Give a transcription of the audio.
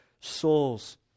souls